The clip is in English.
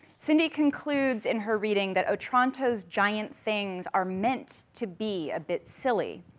cindy concludes, in her reading, that otranto's giant things are meant to be a bit silly.